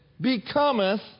becometh